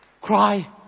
Cry